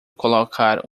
colocar